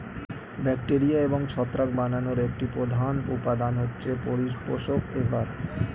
bacteria এবং ছত্রাক বানানোর একটি প্রধান উপাদান হচ্ছে পরিপোষক এগার